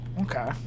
okay